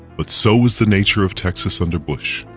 but so was the nature of texas under bush.